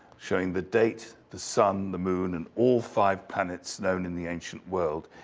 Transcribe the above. showing the date, the sun, the moon, and all five planets known in the ancient world.